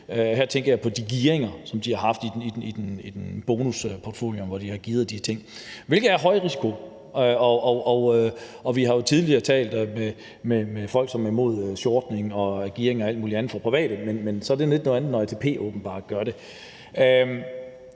Her tænker jeg på de gearinger, som de har haft i bonusporteføljen, hvor de har gearet de ting, hvilket er højrisiko, og vi har jo tidligere talt med folk, som er imod shortening og gearing og alt muligt andet for private, men det er så åbenbart lidt noget andet, når ATP gør det.